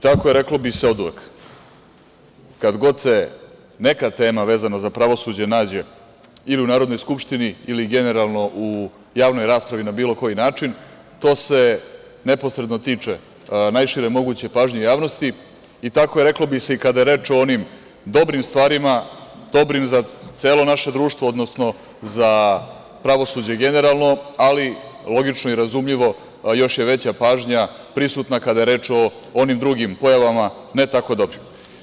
Tako je reklo bih se oduvek, kada god se neka tema vezana za pravosuđe nađe ili u Narodnoj skupštini ili generalno u javnoj raspravi na bilo koji način, to se neposredno tiče najšire moguće pažnju javnosti i tako je reklo bih se i kada je reč o onim dobrim stvarima, dobrim za celo naše društvo, odnosno za pravosuđe generalno, ali logično i razumljivo još je veća pažnja prisutna kada je reč o onim drugim pojavama ne tako dobrim.